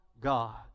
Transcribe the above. God